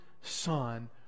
Son